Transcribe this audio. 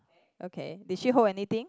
okay did she hold anything